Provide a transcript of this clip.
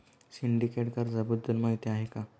Syndicate कर्जाबद्दल माहिती आहे का?